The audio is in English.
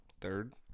Third